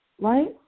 right